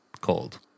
cold